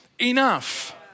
enough